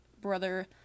brother